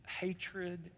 hatred